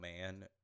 Man